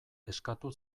eskatu